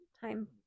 time